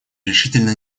решительно